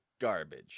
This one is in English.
garbage